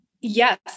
yes